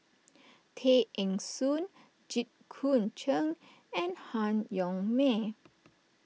Tay Eng Soon Jit Koon Ch'ng and Han Yong May